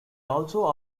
also